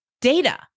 data